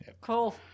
Cool